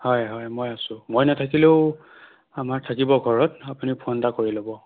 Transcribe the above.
হয় হয় মই আছো মই নাথাকিলেও আমাৰ থাকিব ঘৰত আপুনি ফোন এটা কৰি ল'ব